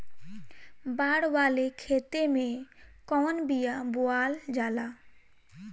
बाड़ वाले खेते मे कवन बिया बोआल जा?